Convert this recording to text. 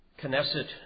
Knesset